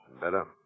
better